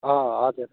अँ हजुर